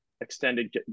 extended